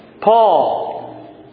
Paul